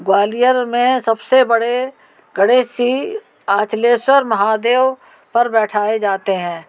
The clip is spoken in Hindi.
ग्वालियर में सब से बड़े गणेश जी अंचलेश्वर महादेव पर बिठाए जाते हैं